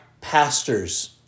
pastors